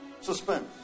suspense